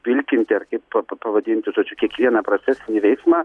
vilkinti ar kaip pa pavadinti žodžiu kiekvieną procesinį veiksmą